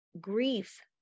grief